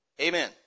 Amen